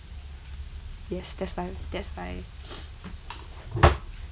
yes that's fine that's fine